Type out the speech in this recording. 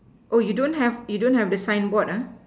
oh you don't have you don't have the sign board uh